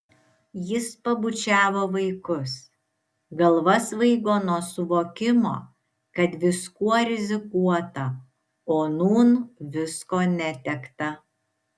jis pabučiavo vaikus galva svaigo nuo suvokimo kad viskuo rizikuota o nūn visko netekta